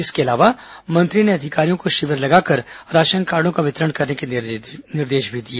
इसके अलावा मंत्री ने अधिकारियों को शिविर लगाकर राशनकार्डों का वितरण करने के निर्देश भी दिए